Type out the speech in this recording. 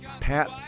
Pat